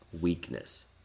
weakness